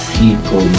people